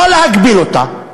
לא להגביל אותה.